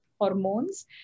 hormones